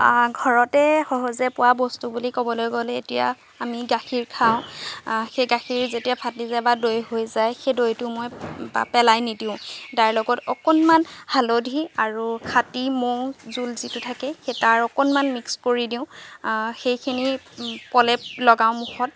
ঘৰতে সহজে পোৱা বস্তু বুলি ক'বলৈ গ'লে এতিয়া আমি গাখীৰ খাওঁ সেই গাখীৰ যেতিয়া ফাটি যায় বা দৈ হৈ যায় সেই দৈটো মই পেলাই নিদিওঁ তাৰ লগত অকণমান হালধি আৰু খাটি মৌজোল যিটো থাকে সেই তাৰ অকণমান মিক্স কৰি দিওঁ সেইখিনি প্ৰলেপ লগাও মুখত